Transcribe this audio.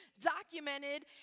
documented